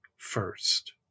First